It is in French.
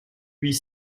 huit